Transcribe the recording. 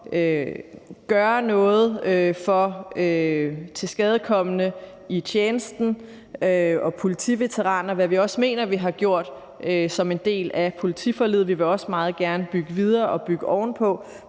gøre noget for tilskadekomne i tjenesten og politiveteraner, hvad vi også mener at vi har gjort som en del af politiforliget. Og vi vil også meget gerne bygge videre og bygge ovenpå,